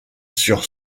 sur